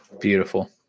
Beautiful